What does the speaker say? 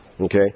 Okay